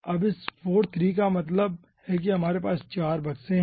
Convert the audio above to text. अब इस 4 3 का मतलब है कि हमारे पास 4 बक्से हैं